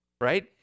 right